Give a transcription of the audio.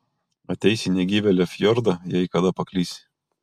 ateisi į negyvėlio fjordą jei kada paklysi